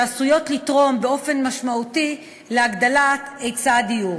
שעשויות לתרום באופן משמעותי להגדלת היצע הדיור.